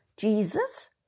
Jesus